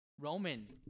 Roman